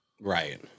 Right